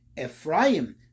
Ephraim